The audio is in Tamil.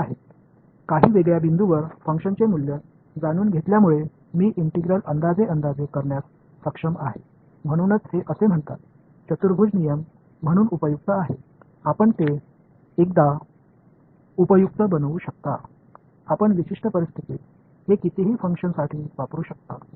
ஒரு சில தனித்துவமான புள்ளிகளில் ஃபங்ஷன் மதிப்பை கொண்டதால் என்னால் இன்டெக்ரலை தோராயமாக மதிப்பிட முடிகிறது அதனால்தான் இது குவாடுரேசா் விதி என்று அழைக்கப்படுகிறது இது மிகவும் பயனுள்ளதாக இருக்கும் சில நிபந்தனைகளின் கீழ் எத்தனை செயல்பாடுகளுக்கும் இதைப் பயன்படுத்தலாம்